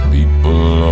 People